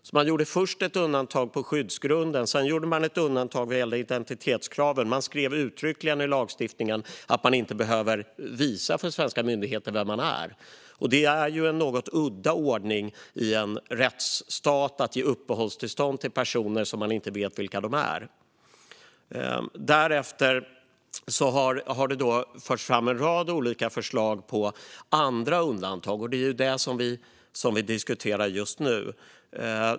Först gjordes alltså ett undantag gällande skyddsgrunden och sedan ett gällande identitetskraven. Det skrevs uttryckligen i lagstiftningen att man inte behöver visa för svenska myndigheter vem man är. Det är en något udda ordning i en rättsstat att ge uppehållstillstånd till personer som man inte vet vilka de är. Därefter har det förts fram en rad olika förslag till andra undantag, och det är detta vi diskuterar just nu.